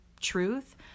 truth